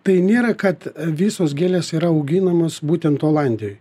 tai nėra kad visos gėlės yra auginamos būtent olandijoj